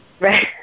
right